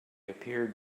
appeared